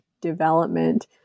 development